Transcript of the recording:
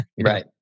Right